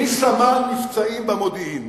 מסמל מבצעים במודיעין